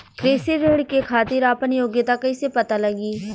कृषि ऋण के खातिर आपन योग्यता कईसे पता लगी?